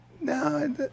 No